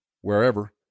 wherever